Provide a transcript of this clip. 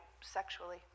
sexually